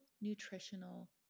nutritional